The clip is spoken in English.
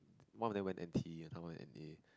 one of them went N_T and some of them N_A